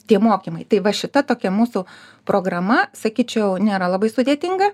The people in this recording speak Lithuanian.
tie mokymai tai va šita tokia mūsų programa sakyčiau nėra labai sudėtinga